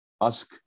ask